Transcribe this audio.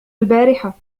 البارحة